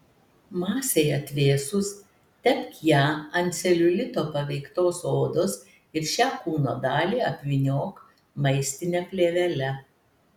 masei atvėsus tepk ją ant celiulito paveiktos odos ir šią kūno dalį apvyniok maistine plėvele